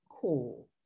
cool